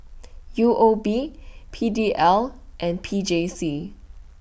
U O B P D L and P J C